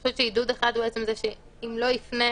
עידוד אחד הוא שאם הוא לא יפנה,